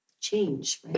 Change